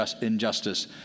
injustice